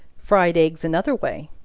fried eggs another way.